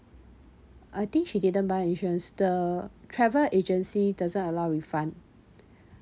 I think she didn't buy insurance the travel agency doesn't allow refund